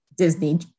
Disney